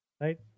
right